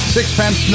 Sixpence